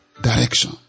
direction